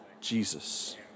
Jesus